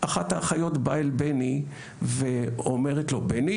אחת האחיות באה לבני ואומרת לו, בני